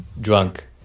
drunk